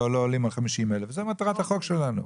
לא עולים על 50,000. זה מטרת החוק שלנו.